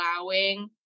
allowing